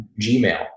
Gmail